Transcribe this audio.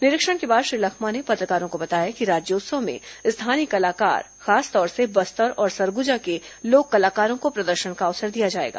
निरीक्षण के बाद श्री लखमा ने पत्रकारों को बताया कि राज्योत्सव में स्थानीय कलाकार खासतौर से बस्तर और सरगुजा के लोक कलाकारों को प्रदर्शन का अवसर दिया जाएगा